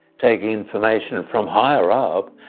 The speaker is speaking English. taking information from higher up,